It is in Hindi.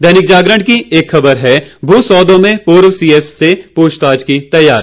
दैनिक जागरण की एक खबर है भू सौदों में पूर्व सीएस से पूछताछ की तैयारी